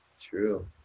true